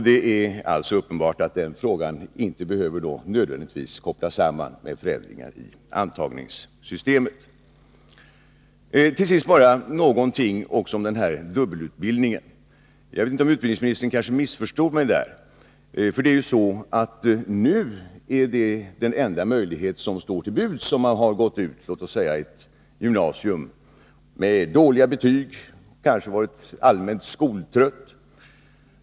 Det är alldeles uppenbart att denna fråga inte absolut behöver kopplas samman med förändringar i antagningssystemet. Till sist bara något om dubbelutbildningen. Jag vet inte om utbildningsministern missförstod mig därvidlag. Det är ju så, att dubbelutbildningen nu är den enda möjlighet som står till buds om man har gått ut ett gymnasium med dåliga betyg, kanske varit allmänt skoltrött.